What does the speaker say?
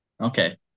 Okay